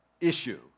issue